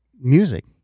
music